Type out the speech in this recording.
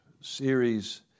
series